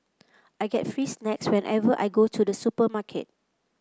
I get free snacks whenever I go to the supermarket